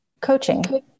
Coaching